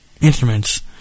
instruments